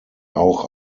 auch